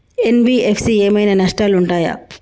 NBFC ఏమైనా నష్టాలు ఉంటయా?